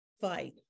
fight